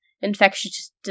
infectious